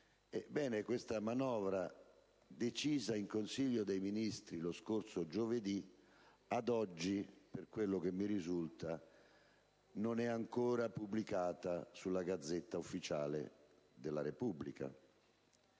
questa manovra, decisa in Consiglio dei ministri lo scorso giovedì, ad oggi, per quello che mi risulta, non è ancora pubblicata sulla *Gazzetta Ufficiale* della Repubblica.